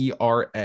ERA